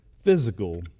physical